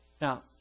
Now